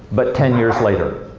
but ten years later.